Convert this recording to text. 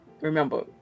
Remember